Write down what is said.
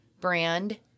brand